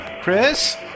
Chris